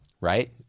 right